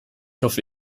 hoffe